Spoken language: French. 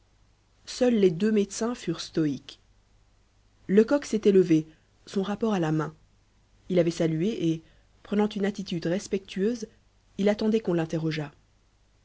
seuls les deux médecins furent stoïques lecoq s'était levé son rapport à la main il avait salué et prenant une attitude respectueuse il attendait qu'on l'interrogeât